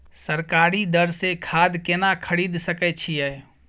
सरकारी दर से खाद केना खरीद सकै छिये?